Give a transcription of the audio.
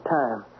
time